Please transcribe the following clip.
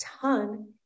ton